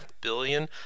billion